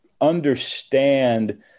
understand